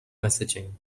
messaging